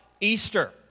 Easter